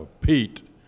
pete